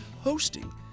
hosting